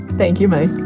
thank you